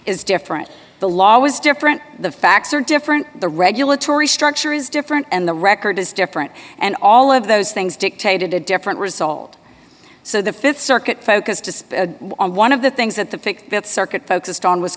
is different the law is different the facts are different the regulatory structure is different and the record is different and all of those things dictated a different result so the th circuit focused on one of the things that the pick up circuit focused on was